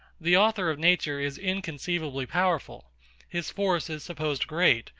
the author of nature is inconceivably powerful his force is supposed great,